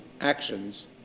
actions